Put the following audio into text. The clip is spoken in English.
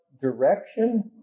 direction